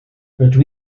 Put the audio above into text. rydw